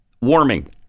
Warming